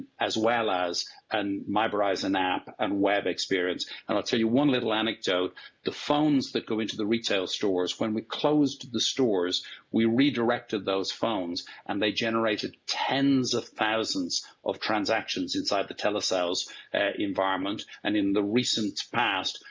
as well as and my verizon app and web experience i'll tell you one little anecdote the phones that go into the retail stores when we closed the stores we redirected those phones and they generated tens of thousands of transactions inside the telesales environment. and in the recent past,